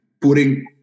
putting